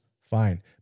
fine